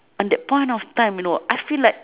on that point of time you know I feel like